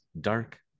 dark